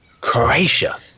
Croatia